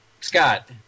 Scott